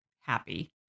happy